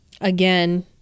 Again